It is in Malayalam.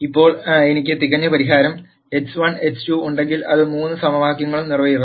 ഇപ്പോൾ എനിക്ക് തികഞ്ഞ പരിഹാരം x1 x2 ഉണ്ടെങ്കിൽ അത് മൂന്ന് സമവാക്യങ്ങളും നിറവേറ്റും